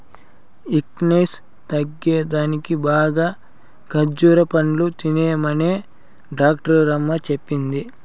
weakness తగ్గేదానికి బాగా ఖజ్జూర పండ్లు తినమనే డాక్టరమ్మ చెప్పింది